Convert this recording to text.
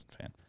fan